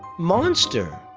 monster